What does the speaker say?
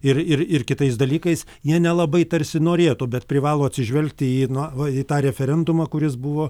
ir ir ir kitais dalykais jie nelabai tarsi norėtų bet privalo atsižvelgti į na va tą referendumą kuris buvo